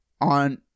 on